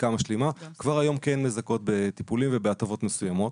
החקיקה המשלימה כן מזכות בטיפולים ובהטבות מסוימות.